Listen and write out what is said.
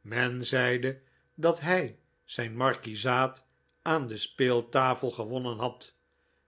men zeide dat hij zijn markiezaat aan de speeltafel gewonnen had